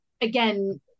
again